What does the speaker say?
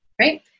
right